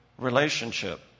relationship